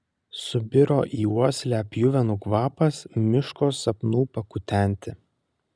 subiro į uoslę pjuvenų kvapas miško sapnų pakutenti